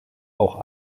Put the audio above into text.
auch